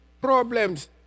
problems